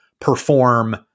perform